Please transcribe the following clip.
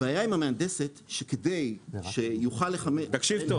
הבעיה עם המהנדסת שכדי שיוכל לכהן --- תקשיב טוב.